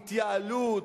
התייעלות.